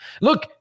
Look